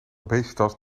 obesitas